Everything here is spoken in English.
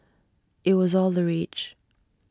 IT was all the rage